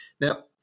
Now